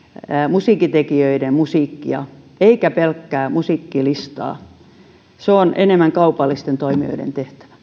musiikintekijöiden musiikkia eikä pelkkää musiikkilistaa se on enemmän kaupallisten toimijoiden